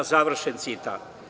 Završen citat.